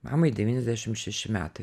mamai devyniasdešim šeši metai